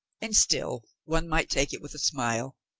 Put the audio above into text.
and still one might take it with a smile.